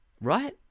Right